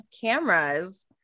cameras